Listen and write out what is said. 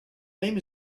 name